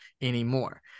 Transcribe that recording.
anymore